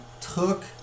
took